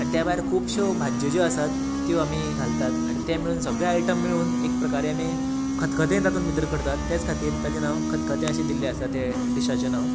आनी त्या भायर खुबश्यो भाज्यो ज्यो आसात त्यो आमी घालतात आनी ते मेळून सगळे आयटम मेळून एक प्रकारे आमी खतखतें तातूंत भितर करतात त्याच खातीर ताचें नांव खतखतें अशें दिल्लें आसा त्या डिशाचें नांव